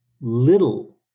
little